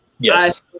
Yes